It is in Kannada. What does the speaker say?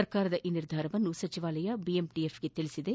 ಸರ್ಕಾರದ ಈ ನಿರ್ಧಾರವನ್ನು ಸಚಿವಾಲಯವು ಬಿಎಂಟಿಎಫ್ ಗೆ ತಿಳಿಸಿದೆ